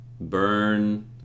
Burn